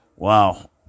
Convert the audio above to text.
Wow